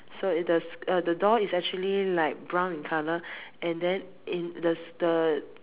so it the uh the door is actually like brown in colour and then in the the